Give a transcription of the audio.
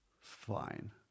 fine